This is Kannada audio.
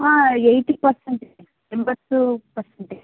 ಹಾಂ ಯೈಟಿ ಪರ್ಸೆಂಟ್ ಎಂಬತ್ತು ಪರ್ಸೆಂಟ್